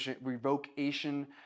revocation